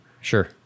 Sure